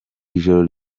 ijoro